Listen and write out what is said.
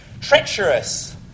treacherous